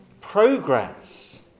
progress